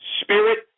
Spirit